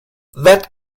that